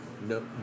no